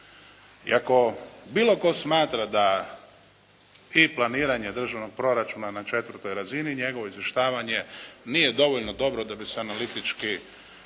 I ako bilo tko smatra da i planiranje državnog proračuna na četvrtoj razini njegovo izvještavanje nije dovoljno dobro da bi se analitički